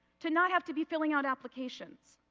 to not have to be filling out applications.